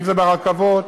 אם ברכבות,